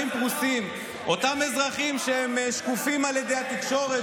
אותם אזרחים שהם שקופים על ידי התקשורת,